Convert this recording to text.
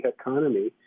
economy